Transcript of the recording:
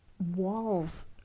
walls